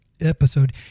episode